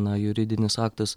na juridinis aktas